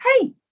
hey